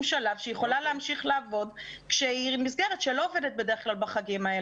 שלב שהיא יכולה להמשיך לעבוד כשהיא מסגרת שבדרך כלל לא עובדת בחגים.